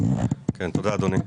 תודה אדוני.